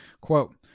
quote